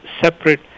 separate